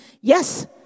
Yes